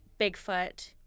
Bigfoot